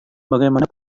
bagaimana